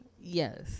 yes